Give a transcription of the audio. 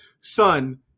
Son